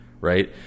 right